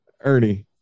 Ernie